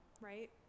right